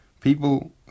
People